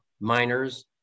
miners